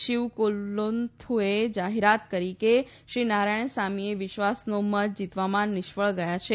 શિવકોલુન્થુએ જાહેરાત કરી કે શ્રી નારાયણસામી વિશ્વાસનો મત જીતવામાં નિષ્ફળ ગયા છે